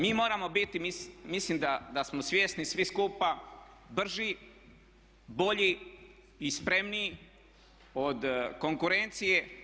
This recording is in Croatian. Mi moramo biti, mislim da smo svjesni svi skupa, brži, bolji i spremniji od konkurencije.